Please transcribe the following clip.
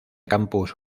campus